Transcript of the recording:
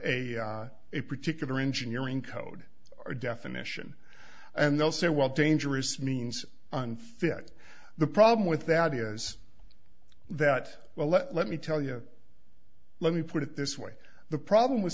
a a particular engineering code or definition and they'll say well dangerous means unfit the problem with that idea is that well let me tell you let me put it this way the problem with